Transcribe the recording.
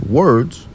words